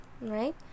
right